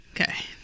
Okay